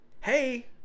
hey